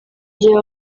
gihe